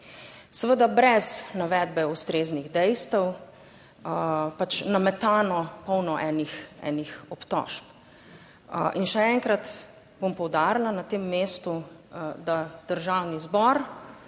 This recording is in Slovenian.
seveda brez navedbe ustreznih dejstev, pač nametano polno enih, enih obtožb. In še enkrat bom poudarila na tem mestu, da Državni zbor,